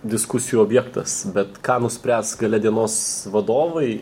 diskusijų objektas bet ką nuspręs gale dienos vadovai